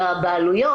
לבעלויות,